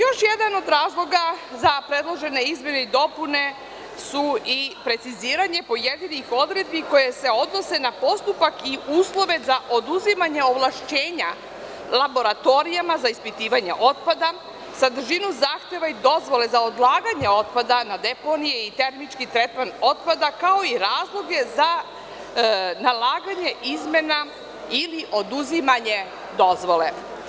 Još jedan od razloga za predložene izmene i dopune su i preciziranje pojedinih odredbi koje se odnose na postupak i uslove za oduzimanje ovlašćenja laboratorijama za ispitivanje otpada, sadržinu zahteva i dozvole za odlaganja otpada na deponije i tehnički tretman otpada, kao i razloge za nalaganje izmena ili oduzimanje dozvole.